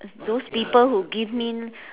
those people who give me